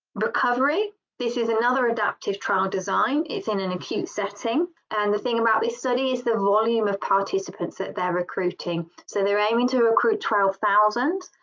recovery this is another adaptive trial design. it's in an acute setting and the thing about this study is the volume of participants that they're recruiting so they're aiming to recruit twelve thousand,